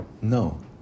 No